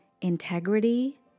integrity